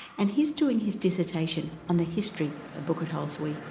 and he's doing his dissertation on the history of bukit ho swee.